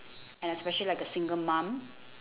and especially like a single mum